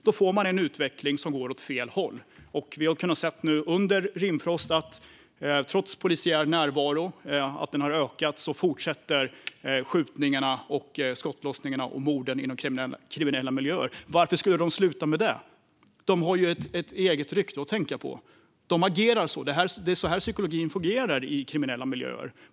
Då får man en utveckling som går åt fel håll. Under Rimfrost har vi sett att skjutningarna, skottlossningarna och morden inom kriminella miljöer fortsätter trots att den polisiära närvaron har ökat. Och varför skulle de sluta med det? De har ju ett eget rykte att tänka på. De agerar så; det är så här psykologin fungerar i kriminella miljöer.